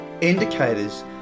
indicators